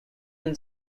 been